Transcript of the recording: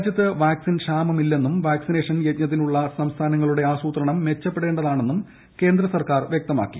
രാജ്യത്ത് വാക്സിൻ ക്ഷാമമില്ലെന്നും വാക്സിനേഷൻ യജ്ഞത്തിനുളള സംസ്ഥാനങ്ങളുടെ ആസൂത്രണം മെച്ചപ്പെടേണ്ടതാണെന്നും കേന്ദ്രസർക്കാർ വൃക്തമാക്കി